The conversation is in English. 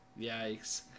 Yikes